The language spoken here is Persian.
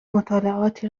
مطالعاتی